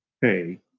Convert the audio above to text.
hey